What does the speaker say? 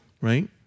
Right